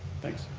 thanks.